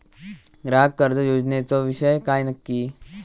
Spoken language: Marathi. ग्राहक कर्ज योजनेचो विषय काय नक्की?